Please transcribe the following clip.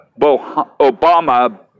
Obama